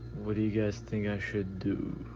what do you guys think i should do?